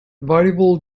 variable